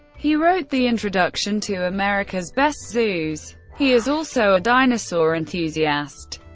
he wrote the introduction to america's best zoos. he is also a dinosaur enthusiast.